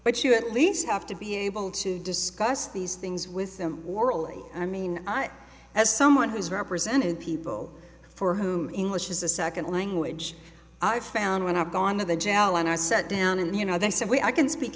but you at least have to be able to discuss these things with them orally i mean i as someone who's represented people for whom english is a second language i found when i've gone to the jail and i sat down and you know they said we i can speak